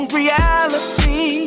reality